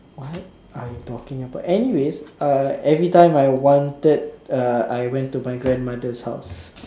what are you talking about anyways uh every time I wanted uh I went to my grandmother's house